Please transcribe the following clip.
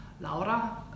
laura